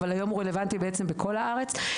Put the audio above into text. אבל היום הוא רלוונטי בעצם בכל הארץ.